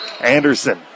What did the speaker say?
Anderson